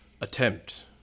attempt